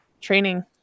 training